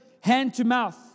hand-to-mouth